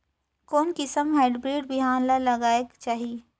कोन किसम हाईब्रिड बिहान ला लगायेक चाही?